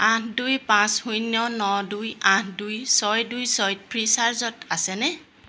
আঠ দুই পাঁচ শূন্য ন দুই আঠ দুই ছয় দুই ছয় ফ্রীচার্জত আছেনে